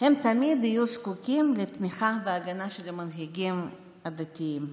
תמיד יהיו זקוקים לתמיכה והגנה של המנהיגים הדתיים.